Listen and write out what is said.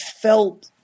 felt